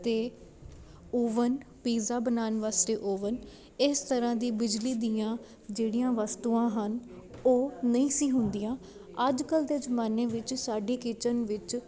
ਅਤੇ oven pizza ਬਣਾਉਣ ਵਾਸਤੇ ਓਵਨ ਇਸ ਤਰ੍ਹਾਂ ਦੀ ਬਿਜਲੀ ਦੀਆਂ ਜਿਹੜੀਆਂ ਵਸਤੂਆਂ ਹਨ ਉਹ ਨਹੀਂ ਸੀ ਹੁੰਦੀਆਂ ਅੱਜ ਕੱਲ੍ਹ ਦੇ ਜ਼ਮਾਨੇ ਵਿੱਚ ਸਾਡੀ ਕਿਚਨ ਵਿੱਚ